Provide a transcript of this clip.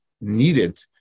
needed